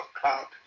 cloud